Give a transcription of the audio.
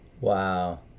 wow